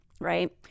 Right